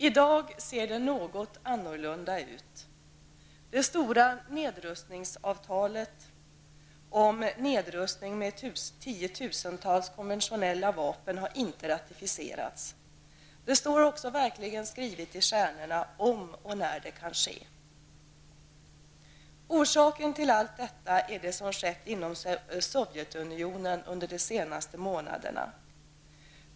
I dag ser det något annorlunda ut. Det stora nedrustningsavtalet om nedrustning med tiotusentals konventionella vapen har inte ratificerats. Det står verkligen skrivet i stjärnorna om och när det kan ske. Orsaken till allt detta är det som skett inom Sovjetunionen under de senaste månaderna.